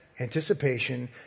anticipation